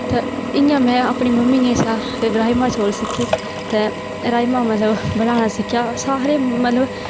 ते इ'यां में अपनी मम्मियै शा राजमांह् चौल सिक्खे ते राजमांह् मतलब बनाना सिक्खेआ सारे मतलब